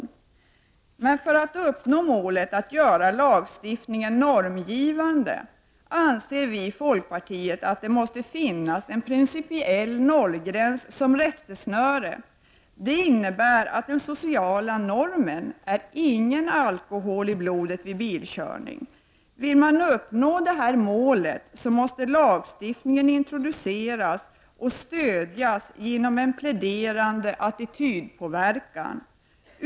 För att man skall kunna uppnå målet att göra lagstiftningen normgivande anser vi i folkpartiet att det måste finnas en principiell nollgräns som rättesnöre. Det innebär att den sociala normen blir ingen alkohol i blodet vid bilkörning. Vill man uppnå det målet, måste lagstiftningen introduceras och stödjas genom en pläderande attitydpåverkan.